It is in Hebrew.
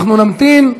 אנחנו נמתין.